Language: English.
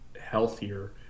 healthier